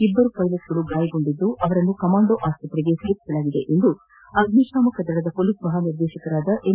ಇಬ್ಬರು ಪೈಲಟ್ಗಳು ಗಾಯಗೊಂಡಿದ್ದು ಅವರನ್ನು ಕಮಾಂಡೋ ಆಸ್ಪತ್ರೆಗೆ ದಾಖಲಿಸಲಾಗಿದೆ ಎಂದು ಅಗ್ನಿಶಾಮಕ ದಳದ ಪೊಲೀಸ್ ಮಹಾನಿರ್ದೇಶಕ ಎಂ